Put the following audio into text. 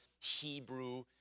Hebrew